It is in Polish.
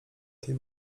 tej